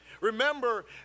Remember